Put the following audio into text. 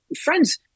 friends